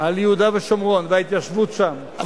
על יהודה ושומרון וההתיישבות שם לנושא מצוקת הדיור,